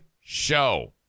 show